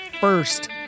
first